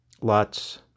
Lots